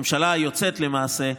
הממשלה היוצאת למעשה,